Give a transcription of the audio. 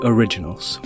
Originals